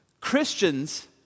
Christians